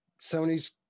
sony's